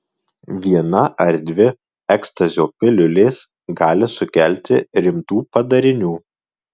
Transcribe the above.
viena ar dvi ekstazio piliulės gali sukelti rimtų padarinių